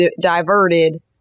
diverted